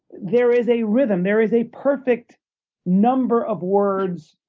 there is a rhythm, there is a perfect number of words,